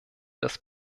das